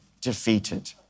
defeated